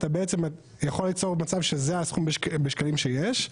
אתה בעצם יכול ליצור מצב שזה הסכום בשקלים שיש,